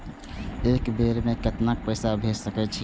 एक बेर में केतना पैसा भेज सके छी?